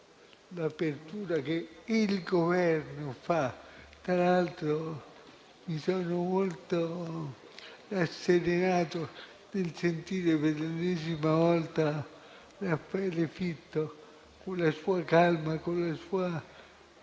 l'apertura che il Governo fa. Tra l'altro, mi sono molto rasserenato nel sentire per l'ennesima volta Raffaele Fitto, con la sua calma, con la sua